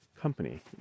company